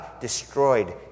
destroyed